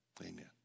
Amen